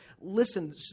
listen